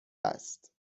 است